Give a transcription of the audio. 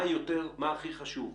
מה הכי חשוב?